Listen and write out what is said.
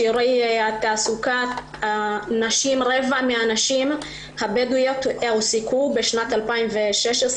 שיעורי התעסוקה של נשים רבע מן הנשים הבדואיות הועסקו בשנת 2016,